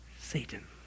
Satan